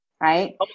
right